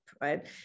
right